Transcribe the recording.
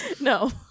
No